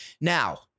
Now